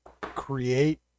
create